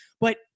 But-